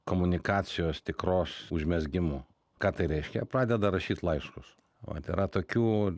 komunikacijos tikros užmezgimu ką tai reiškia pradeda rašyt laiškus vat yra tokių